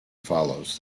follows